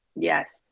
Yes